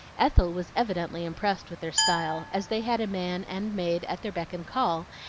ethel was evidently impressed with their style, as they had a man and maid at their beck and call,